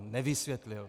Nevysvětlil.